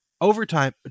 overtime